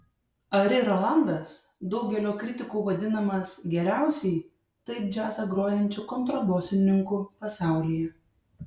ari rolandas daugelio kritikų vadinamas geriausiai taip džiazą grojančiu kontrabosininku pasaulyje